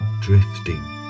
drifting